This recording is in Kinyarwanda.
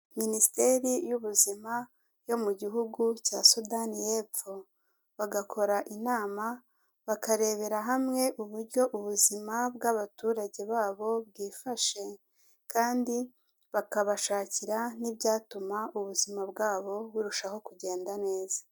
Minisiteri y'ubuzima yo mu gihugu cya Sudani y'epfo, bagakora inama bakarebera hamwe uburyo ubuzima bw'abaturage babo bwifashe, kandi bakabashakira n'ibyatuma ubuzima bwabo burushaho kugenda neza.